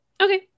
Okay